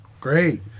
Great